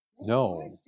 No